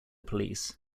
police